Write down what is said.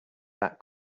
that